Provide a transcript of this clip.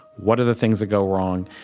what are the things that go wrong,